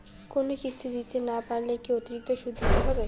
কোনো কিস্তি দিতে না পারলে কি অতিরিক্ত সুদ দিতে হবে?